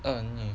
err 你